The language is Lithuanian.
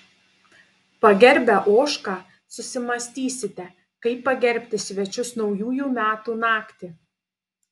pagerbę ožką susimąstysite kaip pagerbti svečius naujųjų metų naktį